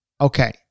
Okay